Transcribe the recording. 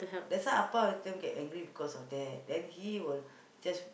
that's why Appa everytime get angry because of that then he will just